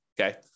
okay